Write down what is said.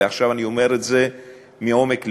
ועכשיו אני אומר את זה מעומק לבי,